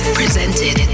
presented